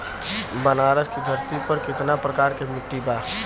बनारस की धरती पर कितना प्रकार के मिट्टी बा?